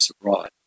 abroad